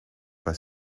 pas